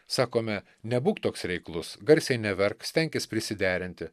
sakome nebūk toks reiklus garsiai neverk stenkis prisiderinti